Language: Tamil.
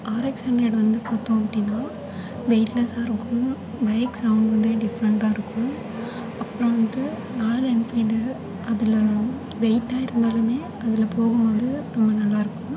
ஆர்எக்ஸ் ஹண்ட்ரடு வந்து பார்த்தோம் அப்படின்னா வெயிட்லெஸ்ஸாக இருக்கும் பைக் சவுண்டு வந்து டிஃப்ரெண்ட்டாக இருக்கும் அப்புறம் வந்து ராயல் என்ஃபில்டு அதில் வெயிட்டாக இருந்தாலுமே அதில் போகும் போது ரொம்ப நல்லாயிருக்கும்